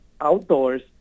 outdoors